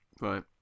Right